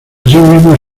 asimismo